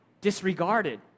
disregarded